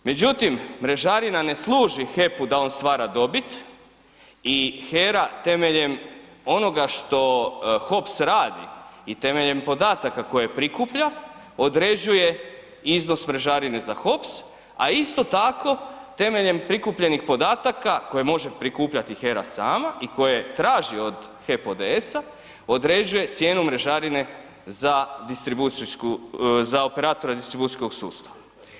Međutim, mrežarina ne služi HEP-u da on stvara dobit i HERA temeljem onoga što HOPS radi i temeljem podataka koje prikuplja određuje iznos mrežarine za HOPS, a isto tako temeljem prikupljenih podataka, koje može prikupljati HERA sama i koje traži HEP od ODS-a određuje cijenu mrežarine za distribucijsku, za operatora distribucijskog sustava.